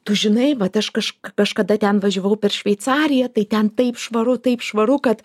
tu žinai vat aš kaž kažkada ten važiavau per šveicariją tai ten taip švaru taip švaru kad